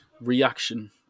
reaction